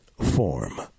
form